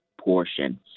portion